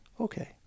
okay